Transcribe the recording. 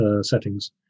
settings